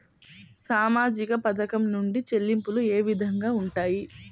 సామాజిక పథకం నుండి చెల్లింపులు ఏ విధంగా ఉంటాయి?